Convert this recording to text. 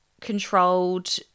controlled